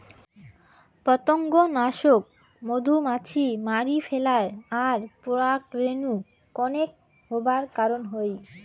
পতঙ্গনাশক মধুমাছি মারি ফেলায় আর পরাগরেণু কনেক হবার কারণ হই